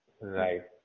right